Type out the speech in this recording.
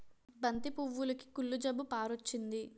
బంతి పువ్వులుకి కుళ్ళు జబ్బు పారొచ్చింది